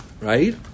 right